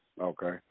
Okay